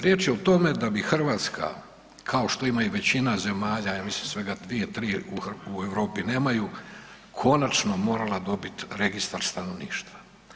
Riječ je o tome da bi Hrvatska kao što ima i većina zemalja ja mislim svega 2-3 u Europi nemaju konačno morala dobiti registar stanovništva.